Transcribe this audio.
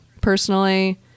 Personally